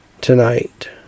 tonight